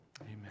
Amen